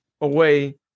away